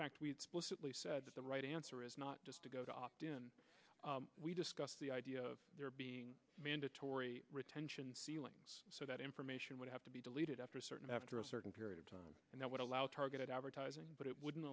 we simply said that the right answer is not just to go to opt in we discussed the idea of there being mandatory retention ceiling so that information would have to be deleted after a certain after a certain period of time and that would allow targeted advertising but it wouldn't